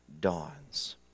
dawns